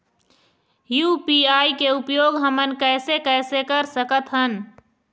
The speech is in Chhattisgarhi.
यू.पी.आई के उपयोग हमन कैसे कैसे कर सकत हन?